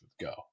go